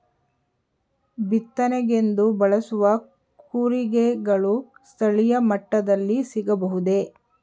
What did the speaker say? ಬಿತ್ತನೆಗೆಂದು ಬಳಸುವ ಕೂರಿಗೆಗಳು ಸ್ಥಳೀಯ ಮಟ್ಟದಲ್ಲಿ ಸಿಗಬಹುದೇ?